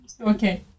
Okay